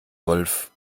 wolf